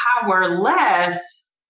powerless